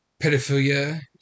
pedophilia